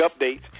updates